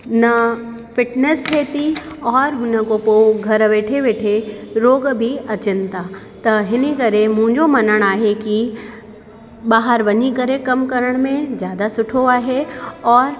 न फिटनेस थी अचे और हुन खां पोइ घर वेठे वेठे रोग बि अचनि था त हिनी करे मुंहिंजो मञणु आहे कि ॿाहिरि वञी करे कम करण में ज़्यादा सुठो आहे और